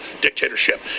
dictatorship